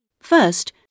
First